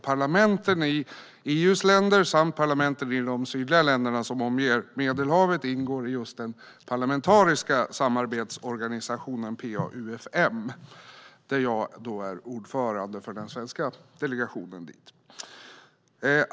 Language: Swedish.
Parlamenten i EU:s länder samt parlamenten i de sydliga länder som omger Medelhavet ingår i just den parlamentariska samarbetsorganisationen PA-UfM, och jag är ordförande för den svenska delegationen.